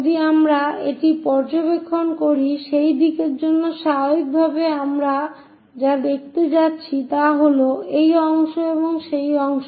যদি আমরা এটি পর্যবেক্ষণ করি সেই দিকের জন্য স্বাভাবিকভাবে আমরা যা দেখতে যাচ্ছি তা হল এই অংশ এবং এই অংশ